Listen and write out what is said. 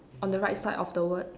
on the right side of the word